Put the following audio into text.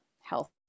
health